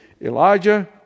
Elijah